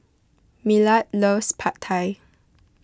Millard loves Pad Thai